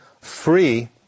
free